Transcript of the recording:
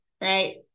Right